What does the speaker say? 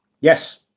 Yes